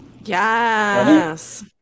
Yes